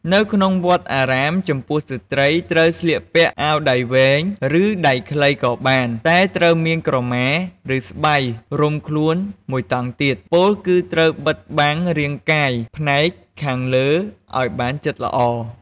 នៅក្នុងវត្តអារាម ចំពោះស្រ្តីត្រូវស្លៀកពាក់អាវដៃវែង ឬ អាវដៃខ្លីក៏បានតែត្រូវមានក្រមា ឬ ស្បៃរុំខ្លួនមួយតង់ទៀត ពោលគឺត្រូវបិទបាំងរាងកាយផ្នែកខាងលើឲ្យបានជិតល្អ។